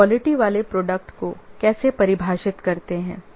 हम एक क्वालिटी वाले प्रोडक्ट को कैसे परिभाषित करते हैं